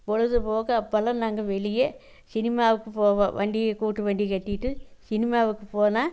பொழுதுபோக்கு அப்போல்லாம் நாங்கள் வெளியே சினிமாவுக்கு போவோம் வண்டியை கூட்டு வண்டி கட்டிகிட்டு சினிமாவுக்கு போனால்